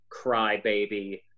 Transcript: crybaby